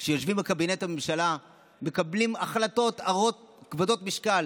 כשיושבים בקבינט הממשלה מקבלים החלטות כבדות משקל.